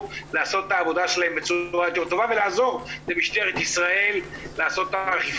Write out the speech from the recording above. לעשות את העבודה שלהם בצורה טובה יותר ולעזור למשטרת ישראל באכיפה,